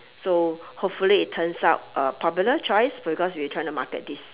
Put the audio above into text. so hopefully it turns out uh popular choice because we trying to market this